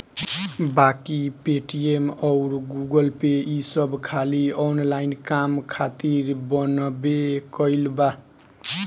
बाकी पेटीएम अउर गूगलपे ई सब खाली ऑनलाइन काम खातिर बनबे कईल बा